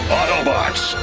Autobots